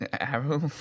arrow